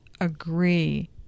agree